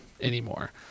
anymore